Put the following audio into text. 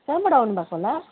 कहाँबाट आउनुभएको होला